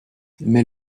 mais